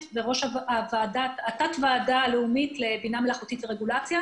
וראש התת-ועדה הלאומית לבינה מלאכותית ורגולציה.